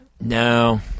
no